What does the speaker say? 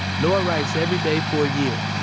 noah writes every day for a year,